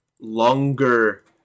longer